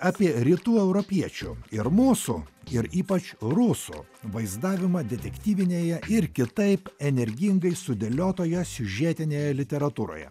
apie rytų europiečių ir mūsų ir ypač rusų vaizdavimą detektyvinėje ir kitaip energingai sudėliotoje siužetinėje literatūroje